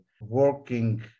working